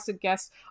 guests